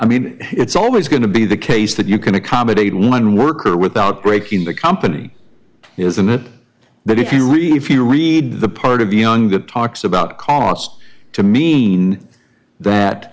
mean it's always going to be the case that you can accommodate one worker without breaking the company isn't it but if you really if you read the part of young good talks about cost to mean that